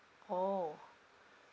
orh